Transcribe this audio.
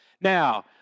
Now